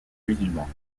musulmans